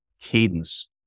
cadence